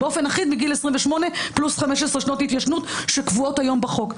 באופן אחיד מגיל 28 פלוס 15 שנות התיישנות שקבועות היום בחוק.